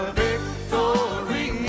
victory